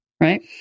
right